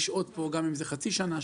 לשהות פה חצי שנה,